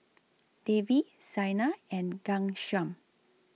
Devi Saina and Ghanshyam